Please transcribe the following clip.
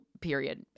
period